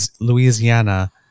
Louisiana